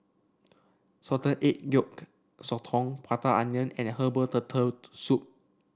Salted Egg Yolk Sotong Prata Onion and Herbal Turtle Soup